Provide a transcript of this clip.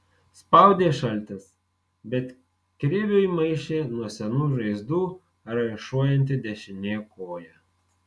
spaudė šaltis bet kriviui maišė nuo senų žaizdų raišuojanti dešinė koja